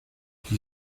qui